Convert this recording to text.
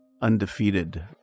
undefeated